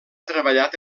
treballat